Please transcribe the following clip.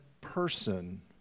person